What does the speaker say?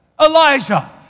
Elijah